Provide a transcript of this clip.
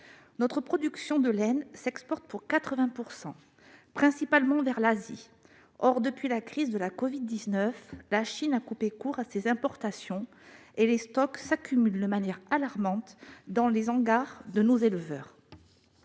Notre production de laine s'exporte à hauteur de 80 %, principalement vers l'Asie. Or, depuis la crise de la covid-19, la Chine a coupé court à ses importations et les stocks s'accumulent de manière alarmante dans les hangars de nos éleveurs.